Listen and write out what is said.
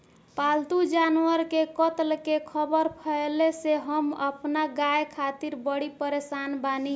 पाल्तु जानवर के कत्ल के ख़बर फैले से हम अपना गाय खातिर बड़ी परेशान बानी